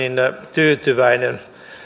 tyytyväinen